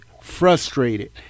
frustrated